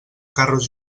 carros